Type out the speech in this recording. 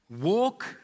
walk